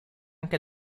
anche